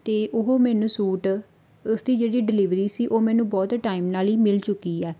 ਅਤੇ ਉਹ ਮੈਨੂੰ ਸੂਟ ਉਸ ਦੀ ਜਿਹੜੀ ਡਿਲੀਵਰੀ ਸੀ ਉਹ ਮੈਨੂੰ ਬਹੁਤ ਟਾਈਮ ਨਾਲ ਹੀ ਮਿਲ ਚੁੱਕੀ ਆ